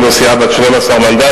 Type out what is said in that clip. היינו סיעה בת 12 מנדטים,